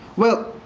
well?